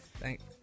Thanks